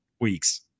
weeks